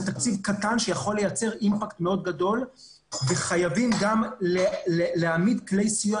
זה תקציב קטן שיכול לייצר אימפקט גדול וחייבים להעמיד כלי סיוע